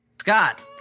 Scott